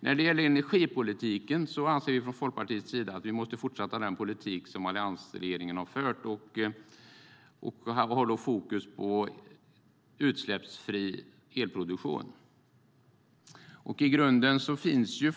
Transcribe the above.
När det gäller energipolitiken anser vi i Folkpartiet att vi måste fortsätta med den politik som alliansregeringen förde, med fokus på utsläppsfri elproduktion.